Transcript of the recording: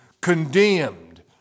condemned